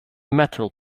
metal